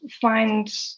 find